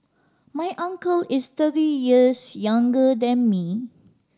my uncle is thirty years younger than me